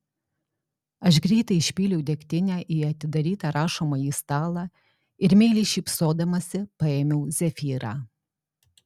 aš greitai išpyliau degtinę į atidarytą rašomąjį stalą ir meiliai šypsodamasi paėmiau zefyrą